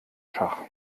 schach